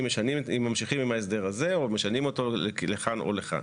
אם ממשיכים עם ההסדר הזה או משנים אותו לכאן או לכאן.